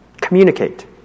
communicate